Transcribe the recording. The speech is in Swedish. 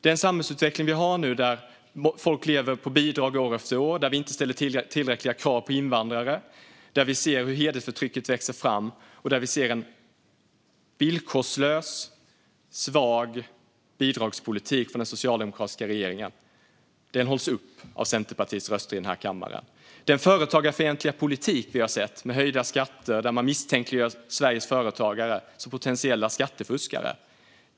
Den samhällsutveckling vi har nu, där folk lever på bidrag år efter år, där vi inte ställer tillräckliga krav på invandrare, där vi ser hur hedersförtrycket växer och där vi ser en villkorslös, svag bidragspolitik från den socialdemokratiska regeringen, hålls upp av Centerpartiets röster i denna kammare. Vi har sett en företagarfientlig politik med höjda skatter och misstänkliggörande av Sveriges företagare som potentiella skattefuskare.